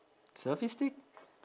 selfie stick